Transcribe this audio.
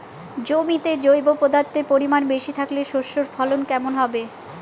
জমিতে জৈব পদার্থের পরিমাণ বেশি থাকলে শস্যর ফলন কেমন হবে?